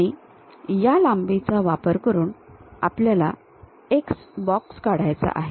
आणि या लांबीचा वापर करून आपल्याला एक बॉक्स काढायचा आहे